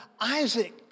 Isaac